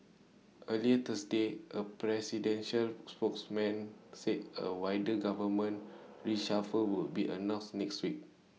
earlier Thursday A presidential spokesman said A wider government reshuffle would be announced next week